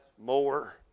more